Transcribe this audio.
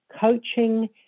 coaching